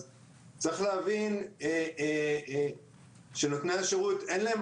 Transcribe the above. אז צריך להבין שנותני השרות אין להם